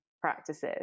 practices